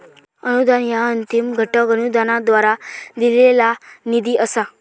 अनुदान ह्या अंतिम घटक अनुदानाद्वारा दिलेला निधी असा